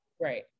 Right